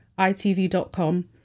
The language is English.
ITV.com